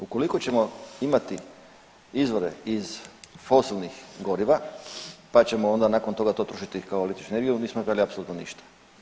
Ukoliko ćemo imati izvore iz fosilnih goriva pa ćemo onda nakon toga to trošiti kao električnu energiju, nismo napravili apsolutno ništa.